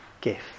gift